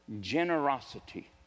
Generosity